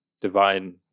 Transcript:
divine